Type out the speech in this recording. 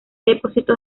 depósitos